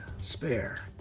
spare